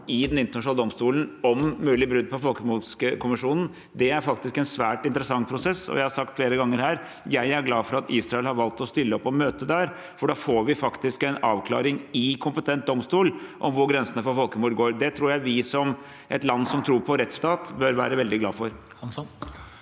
i Den internasjonale domstolen om mulig brudd på folkemordkonvensjonen. Det er faktisk en svært interessant prosess, og jeg har sagt flere ganger her: Jeg er glad for at Israel har valgt å stille opp og møte der, for da får vi faktisk en avklaring i kompetent domstol om hvor grensene for folkemord går. Det tror jeg vi som et land som tror på rettsstaten, bør være veldig glad for.